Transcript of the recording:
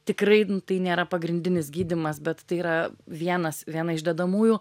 tikrai tai nėra pagrindinis gydymas bet tai yra vienas viena iš dedamųjų